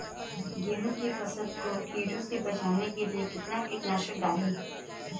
गेहूँ की फसल को कीड़ों से बचाने के लिए कितना कीटनाशक डालें?